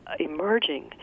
emerging